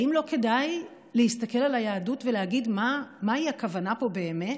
האם לא כדאי להסתכל על היהדות ולהגיד מהי הכוונה פה באמת?